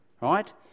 right